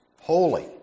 holy